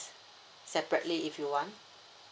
separately if you want